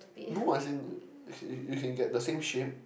no as in you you can get the same shape